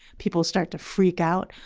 people start to freak out.